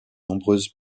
nombreuses